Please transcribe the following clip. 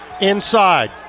inside